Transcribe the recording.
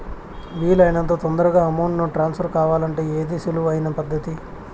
వీలు అయినంత తొందరగా అమౌంట్ ను ట్రాన్స్ఫర్ కావాలంటే ఏది సులువు అయిన పద్దతి